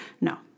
No